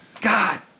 God